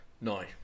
No